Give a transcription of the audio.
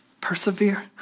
Persevere